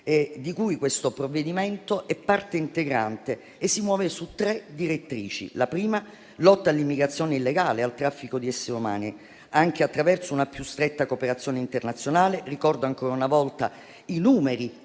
di cui questo provvedimento è parte integrante. Esso si muove su tre direttrici. La prima è la lotta all'immigrazione illegale e al traffico di esseri umani, anche attraverso una più stretta cooperazione internazionale. Ricordo ancora una volta i numeri